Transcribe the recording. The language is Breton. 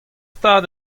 stad